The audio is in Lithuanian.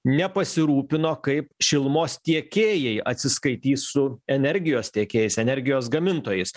nepasirūpino kaip šilumos tiekėjai atsiskaitys su energijos tiekėjais energijos gamintojais